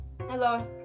hello